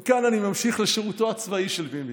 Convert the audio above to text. מכאן אני ממשיך לשירותו הצבאי של ביבי.